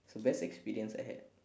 it's the best experience I had